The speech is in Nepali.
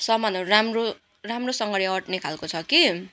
सामानहरू राम्रो राम्रोसँगले अट्ने खालको छ कि